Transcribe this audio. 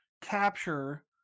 capture